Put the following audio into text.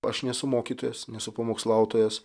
aš nesu mokytojas nesu pamokslautojas